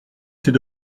c’est